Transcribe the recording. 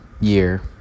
year